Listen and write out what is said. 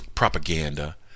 Propaganda